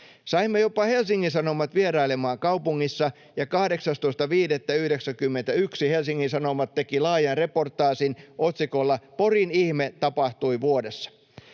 Saimme jopa Helsingin Sanomat vierailemaan kaupungissa, ja 18.5.91 Helsingin Sanomat teki laajan reportaasin otsikolla Porin ihme tapahtui vuodessa.